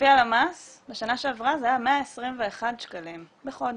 לפי הלמ"ס בשנה שעברה זה היה 121 שקלים בחודש.